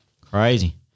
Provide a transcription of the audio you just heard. Crazy